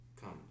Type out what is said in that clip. comes